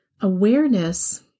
awareness